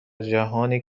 جهانی